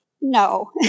no